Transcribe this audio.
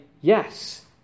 yes